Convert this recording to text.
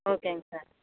ஓகேங்க சார்